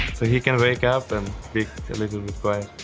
so he can wake up and be a little bit but